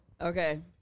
Okay